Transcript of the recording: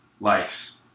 likes